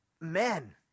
Men